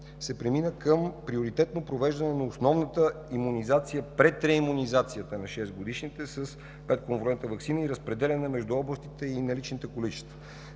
се премина към приоритетно провеждане на основна имунизация пред реимунизацията на шестгодишните с петкомпонентна ваксина и преразпределяне между областите на наличните количества.